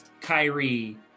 Kyrie